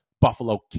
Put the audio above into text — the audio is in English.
Buffalo